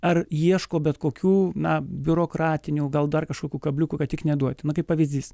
ar ieško bet kokių na biurokratinių gal dar kažkokių kabliukų kad tik neduoti kaip pavyzdys